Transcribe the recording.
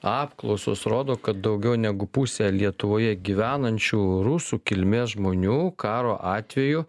apklausos rodo kad daugiau negu pusė lietuvoje gyvenančių rusų kilmės žmonių karo atveju